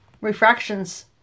refractions